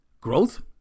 growth